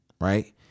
right